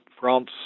France